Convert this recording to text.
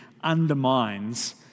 undermines